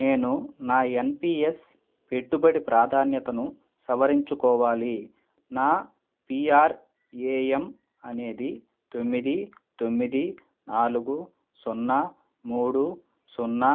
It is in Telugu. నేను నా ఎన్పీఎస్ పెట్టుబడి ప్రాధాన్యతను సవరించుకోవాలి నా పీఅర్ఏఎమ్ అనేది తొమ్మిది తొమ్మిది నాలుగు సున్నా మూడు సున్నా